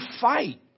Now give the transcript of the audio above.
fight